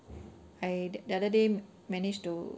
I the other day manage to